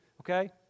okay